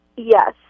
Yes